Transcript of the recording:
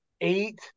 Eight